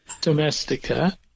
domestica